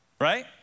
Right